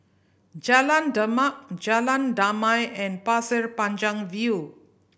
Jalan Demak Jalan Damai and Pasir Panjang View